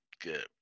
good